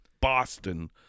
Boston